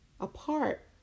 apart